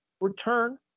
return